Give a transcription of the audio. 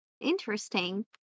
Interesting